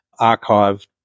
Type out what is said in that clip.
archived